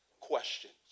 questions